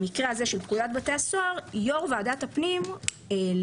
במקרה הזה של פקודת בתי הסוהר יו"ר ועדת הפנים נחשב